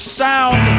sound